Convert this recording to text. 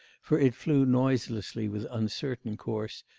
for it flew noiselessly with uncertain course,